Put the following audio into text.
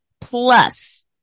plus